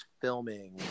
filming